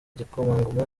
igikomangoma